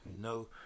No